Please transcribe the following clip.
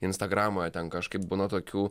instagramą ten kažkaip būna tokių